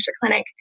clinic